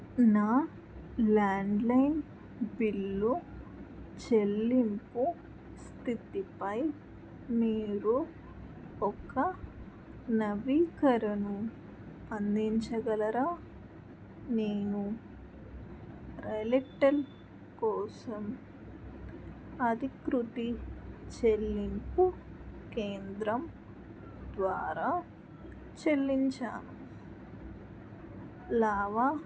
నా landline bill చెల్లింపు స్థితిపై మీరు ఒక నవీకరణను అందించగలరా నేను రైల్టెల్ కోసం అధీకృత చెల్లింపు కేంద్రం ద్వారా చెల్లించాను లావా